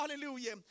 Hallelujah